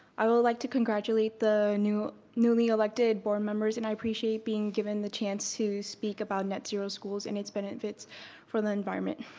i would like to congratulate the newly elected board members and i appreciate being given the chance to speak about net zero schools and its benefits for the environment.